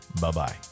bye-bye